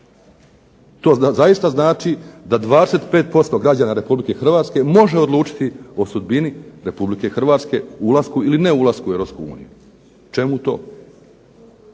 To zaista znači da 25% građana Republike Hrvatske može odlučiti o sudbini Republike Hrvatske o ulasku ili ne ulasku u Europsku uniju. Čemu to?